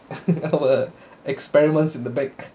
our experiments in the back